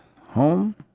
home